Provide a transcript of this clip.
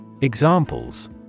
Examples